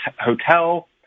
Hotel